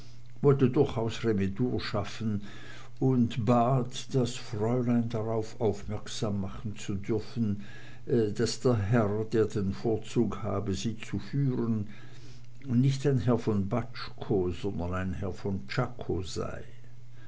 wollte durchaus remedur schaffen und bat das fräulein darauf aufmerksam machen zu dürfen daß der herr der den vorzug habe sie zu führen nicht ein herr von baczko sondern ein herr von czako sei